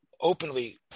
openly